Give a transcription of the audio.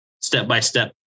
step-by-step